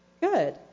good